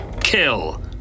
kill